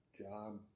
job